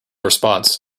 response